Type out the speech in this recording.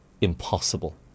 impossible